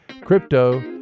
Crypto